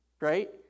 right